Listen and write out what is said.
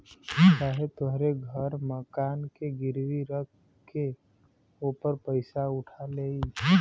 चाहे तोहरे घर मकान के गिरवी रख के ओपर पइसा उठा लेई